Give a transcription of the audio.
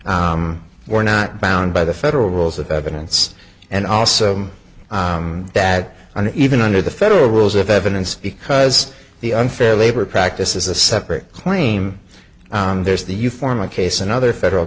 that we're not bound by the federal rules of evidence and also that one even under the federal rules of evidence because the unfair labor practice is a separate claim there's the you form a case and other federal